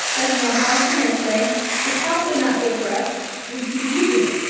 like nail polish and hairspray is probably not good for us, we keep using it.